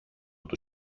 του